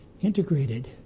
integrated